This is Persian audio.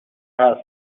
حرف